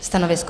Stanovisko?